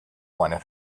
wanted